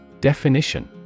definition